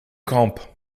kamp